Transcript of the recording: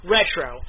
Retro